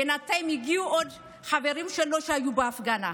בינתיים הגיעו עוד חברים שלו שהיו בהפגנה,